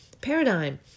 paradigm